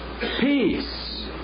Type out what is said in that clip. peace